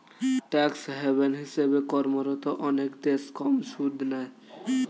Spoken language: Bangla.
ট্যাক্স হেভ্ন্ হিসেবে কর্মরত অনেক দেশ কম সুদ নেয়